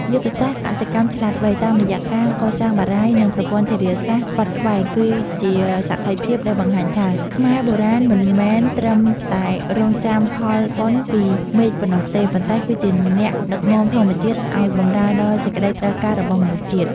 យុទ្ធសាស្ត្រ កសិកម្មឆ្លាតវៃ តាមរយៈការកសាងបារាយណ៍ និងប្រព័ន្ធធារាសាស្ត្រខ្វាត់ខ្វែង គឺជាសក្ខីភាពដែលបង្ហាញថា ខ្មែរបុរាណមិនមែនត្រឹមតែរង់ចាំផលបុណ្យពីមេឃប៉ុណ្ណោះទេ ប៉ុន្តែគឺជាអ្នកដឹកនាំធម្មជាតិឱ្យបម្រើដល់សេចក្តីត្រូវការរបស់មនុស្សជាតិ។